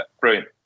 brilliant